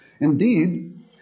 Indeed